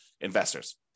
investors